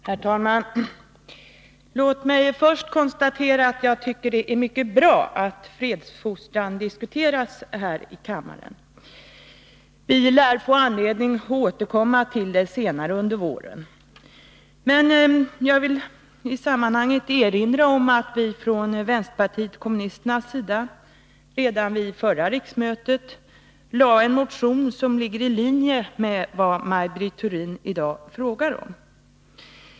Herr talman! Låt mig först konstatera att jag tycker att det är mycket bra att fredsfostran diskuteras här i kammaren. Vi lär få anledning att återkomma till ämnet senare under våren. I sammanhanget vill jag erinra om att vi från vänsterpartiet kommunisternas sida redan till förra riksmötet väckte en motion som ligger i linje med vad Maj Britt Theorin i dag frågar om.